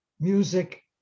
music